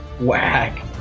Whack